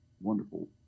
wonderful